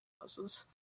houses